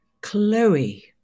Chloe